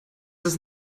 ist